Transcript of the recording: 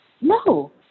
No